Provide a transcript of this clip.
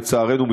לצערנו,